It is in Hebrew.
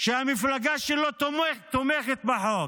שהמפלגה שלו תומכת בחוק: